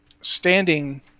standing